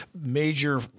major